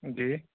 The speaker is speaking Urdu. جی